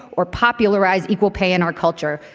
or popularize equal pay in our culture.